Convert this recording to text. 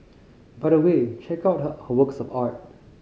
by the way check out her her works of art